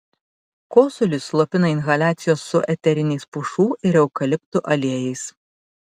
kosulį slopina inhaliacijos su eteriniais pušų ir eukaliptų aliejais